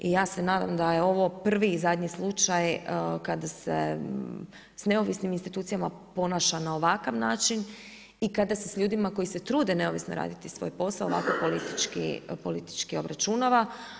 I ja se nadam da je ovo prvi i zadnji slučaj kada se s neovisnim institucijama ponaša na ovakav način i kada se s ljudima koji se trude neovisno raditi svoj posao ovako politički, politički obračunava.